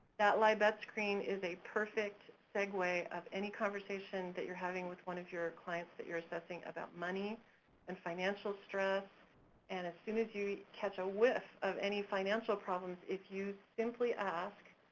that lie-bet screen is a perfect segue of any conversation that you're having with one of your clients that you're assessing about money and financial stress and as soon as you catch a whiff of any financial problems, if you simply ask,